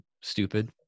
stupid